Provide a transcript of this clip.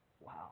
Wow